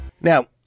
Now